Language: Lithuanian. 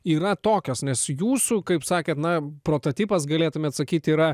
yra tokios nes jūsų kaip sakėt na prototipas galėtumėt sakyt yra